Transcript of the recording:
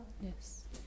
Yes